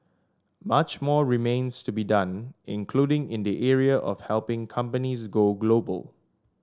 much more remains to be done including in the area of helping companies go global